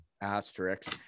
asterisks